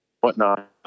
whatnot